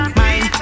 mind